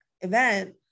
event